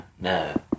no